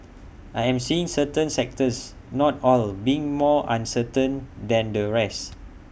I am seeing certain sectors not all being more uncertain than the rest